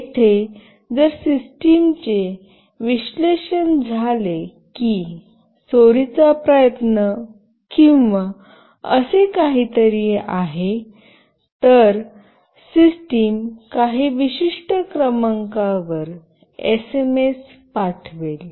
येथे जर सिस्टमचे विश्लेषण झाले की चोरीचा प्रयत्न किंवा असे काहीतरी आहे तर सिस्टम काही विशिष्ट क्रमांकावर एसएमएस पाठवेल